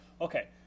Okay